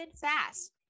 Fast